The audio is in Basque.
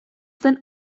zen